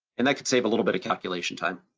and that could save a little bit of calculation time.